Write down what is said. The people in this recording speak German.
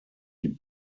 die